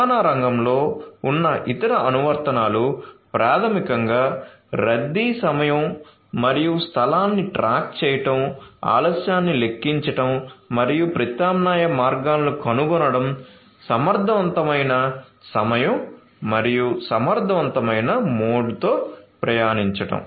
రవాణా రంగంలో ఉన్న ఇతర అనువర్తనాలు ప్రాథమికంగా రద్దీ సమయం మరియు స్థలాన్ని ట్రాక్ చేయడం ఆలస్యాన్ని లెక్కించడం మరియు ప్రత్యామ్నాయ మార్గాలను కనుగొనడం సమర్థవంతమైన సమయం మరియు సమర్థవంతమైన మోడ్తో ప్రయాణించడం